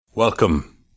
Welcome